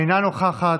אינה נוכחת.